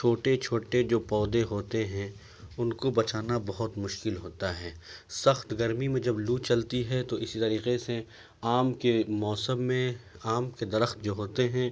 چھوٹے چھوٹے جو پودے ہوتے ہیں ان کو بچانا بہت مشکل ہوتا ہے سخت گرمی میں جب لو چلتی ہے تو اسی طریقے سے آم کے موسم میں آم کے درخت جو ہوتے ہیں